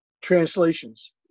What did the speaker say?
translations